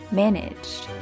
managed